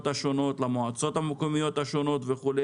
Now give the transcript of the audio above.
השונות למועצות המקומיות השונות וכו',